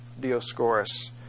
Dioscorus